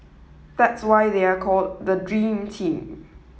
that's why they are called the dream team